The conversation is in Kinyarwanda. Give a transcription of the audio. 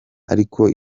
ariko